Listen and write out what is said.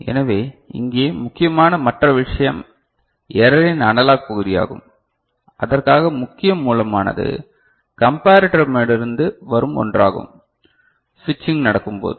எனவே இங்கே முக்கியமான மற்ற விஷயம் எரரின் அனலாக் பகுதியாகும் அதற்காக முக்கிய மூலமானது கம்பரட்டரிடமிருந்து வரும் ஒன்றாகும் சுவிட்சிங் நடக்கும் போது